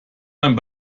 man